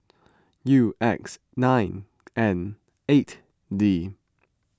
U X nine N eight D